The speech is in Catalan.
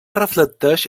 reflecteix